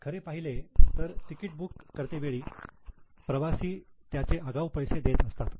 खरे पाहिले तर तिकीट बुक करते वेळी प्रवासी त्याचे आगाऊ पैसे देत असतात